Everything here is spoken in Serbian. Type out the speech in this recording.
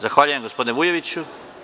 Zahvaljujem gospodine Vujoviću.